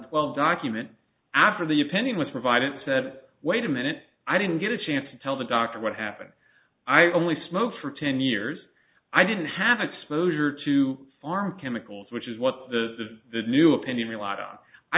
twelve document after the opinion was provided and said wait a minute i didn't get a chance to tell the doctor what happened i only smoke for ten years i didn't have exposure to farm chemicals which is what the the new opinion